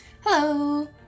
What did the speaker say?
Hello